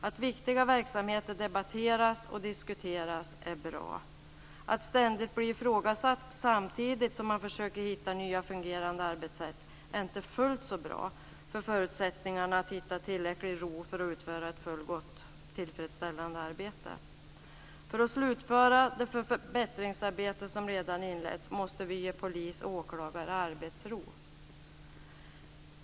Att viktiga verksamheter debatteras och diskuteras är bra. Att ständigt bli ifrågasatt samtidigt som man försöker hitta nya fungerande arbetssätt är inte fullt så bra för förutsättningarna att hitta tillräcklig ro att utföra ett fullgott arbete. För att de ska kunna slutföra det förbättringsarbete som redan inletts måste vi ge polis och åklagare arbetsro.